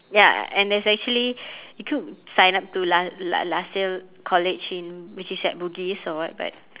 ya and there's actually you could sign up to la~ la~ LASSALE college in which is at bugis or what but